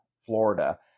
Florida